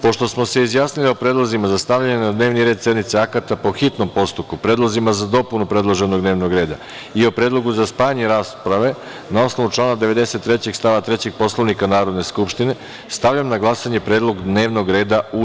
Pošto smo se izjasnili o predlozima za stavljanje na dnevni red akata po hitnom postupku, predlozima za dopunu dnevnog reda i o predlogu za spajanje rasprave, na osnovu člana 93. stav 3. Poslovnika Narodne skupštine, stavljam na glasanje predlog dnevnog reda u